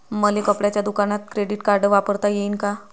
मले कपड्याच्या दुकानात क्रेडिट कार्ड वापरता येईन का?